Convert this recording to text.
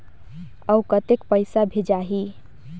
अउ कतेक पइसा भेजाही?